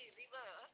river